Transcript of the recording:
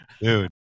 Dude